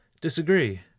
disagree